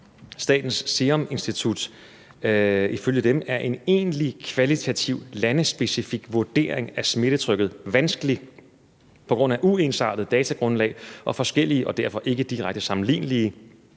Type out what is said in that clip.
Statens Serum Institut er en egentlig kvalitativ landespecifik vurdering af smittetryk vanskelig på grund af uensartet datagrundlag og forskellige og derfor ikke direkte sammenlignelige